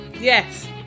Yes